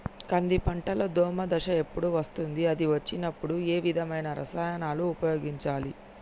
కంది పంటలో దోమ దశ ఎప్పుడు వస్తుంది అది వచ్చినప్పుడు ఏ విధమైన రసాయనాలు ఉపయోగించాలి?